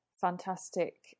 fantastic